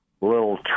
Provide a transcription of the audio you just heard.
little